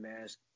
mask